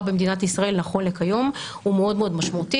במדינת ישראל נכון לכיום הוא מאוד משמעותי.